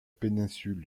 péninsule